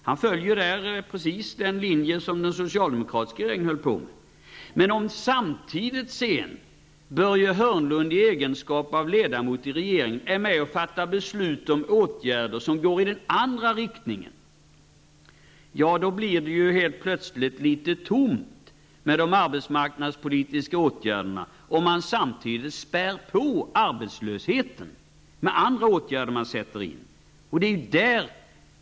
Han följer där precis samma linje som den socialdemokratiska regeringen. Men Börje Hörnlund är ju samtidigt i egenskap av ledamot av regeringen med och fattar beslut om åtgärder som verkar i den andra riktningen. Samtidigt med att man vidtar arbetsmarknadspolitiska åtgärder späder man alltså på arbetslösheten genom andra åtgärder som man vidtar.